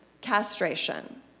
castration